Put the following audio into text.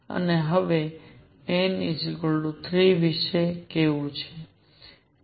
હવે n 3 વિશે કેવું છે